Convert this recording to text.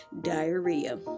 diarrhea